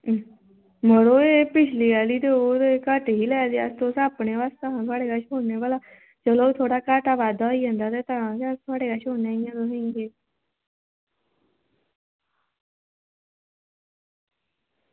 एह् मड़ो पिच्छली घट्ट ही ले दी ते अस ते थुआढ़े कोल गै आने भला ते थोह्ड़ा घाटा बाद्धा होंदा ते अस तां गै थुआढ़े कश आने नेईं तां